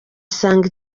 isanga